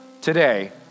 today